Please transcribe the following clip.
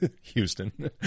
Houston